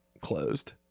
closed